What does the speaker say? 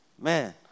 Man